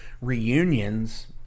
reunions